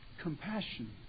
compassion